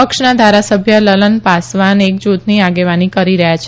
પક્ષના ધારાસભ્ય લલન પાસવાન એક જુથની આગેવાની કરી રહયાં છે